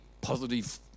positive